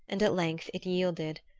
and at length it yielded.